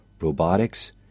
robotics